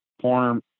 form